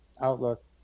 outlook